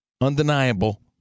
undeniable